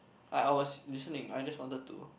like I was listening I just wanted to